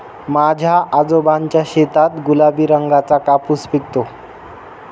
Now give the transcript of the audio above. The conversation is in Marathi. माझ्या आजोबांच्या शेतात गुलाबी रंगाचा कापूस पिकतो